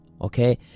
Okay